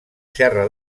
serra